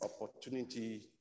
opportunity